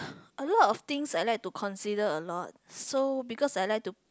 a lot of things I like to consider a lot so because I like to